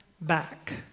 back